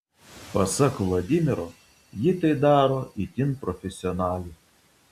pasak vladimiro ji tai daro itin profesionaliai